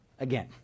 Again